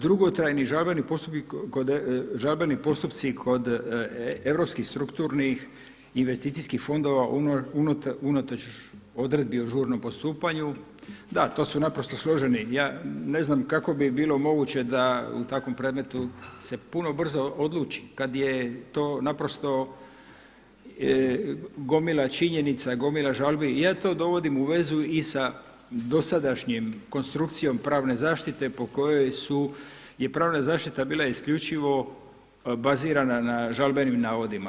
Dugotrajni žalbeni postupci kod europskih Strukturnih investicijskih fondova unatoč odredbi o žurnom postupanju, da to su naprosto složeni – ja ne znam kako bi bilo moguće da u takvom predmetu puno brzo se odluči kada je to naprosto gomila činjenica i gomila žalbi – ja to dovodim u vezu i sa dosadašnjom konstrukcijom pravne zaštite po kojoj je pravna zaštita bila isključivo bazirana na žalbenim navodima.